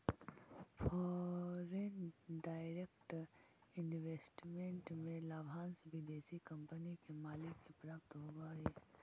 foreign direct investment में लाभांश विदेशी कंपनी के मालिक के प्राप्त होवऽ हई